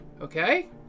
Okay